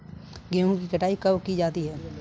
गेहूँ की कटाई कब की जाती है?